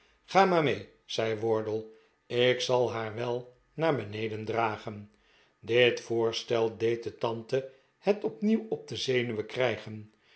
ga maar mee zei wardle ik zal haar wel naar beneden dragen dit voorstel deed de tante het opnieuw op de zenuwen krijgen